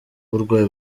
uburwayi